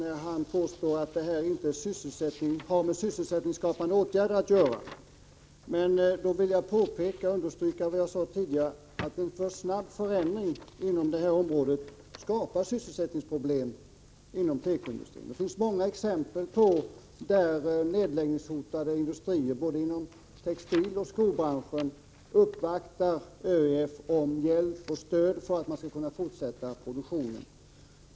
Fru talman! Göthe Knutson påstår att beredskapslagringen inte har med sysselsättningsskapande åtgärder att göra. Jag vill då understryka det jag sade tidigare, nämligen att en alltför snabb förändring på detta område skapar sysselsättningsproblem inom'tekoindustrin. Det finns många exempel på att nedläggningshotade industrier både inom textilbranschen och inom skobranschen har uppvaktat ÖEF om hjälp och stöd för att få möjlighet att fortsätta produktionen.